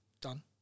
done